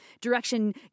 direction